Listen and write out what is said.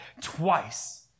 twice